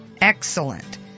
Excellent